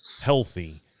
healthy